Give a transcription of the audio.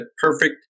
perfect